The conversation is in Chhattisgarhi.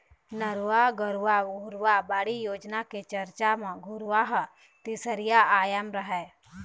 नरूवा, गरूवा, घुरूवा, बाड़ी योजना के चरचा म घुरूवा ह तीसरइया आयाम हरय